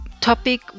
topic